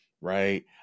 right